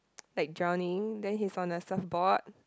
like drowning then he is on the safe boat